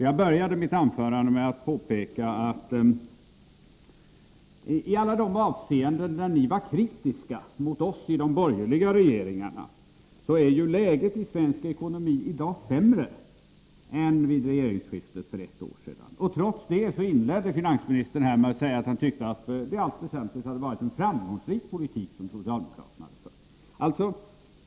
Jag började mitt anförande med att påpeka att i alla de avseenden där ni var kritiska mot oss i de borgerliga regeringarna är läget i svensk ekonomi i dag sämre än vid regeringsskiftet för ett år sedan. Trots det inledde finansministern med att säga att han tyckte att det i allt väsentligt varit en framgångsrik politik som socialdemokraterna fört.